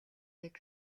нэг